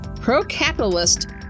pro-capitalist